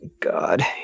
god